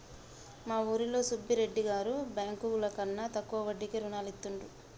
మా ఊరిలో సుబ్బిరెడ్డి గారు బ్యేంకుల కన్నా తక్కువ వడ్డీకే రుణాలనిత్తండ్రు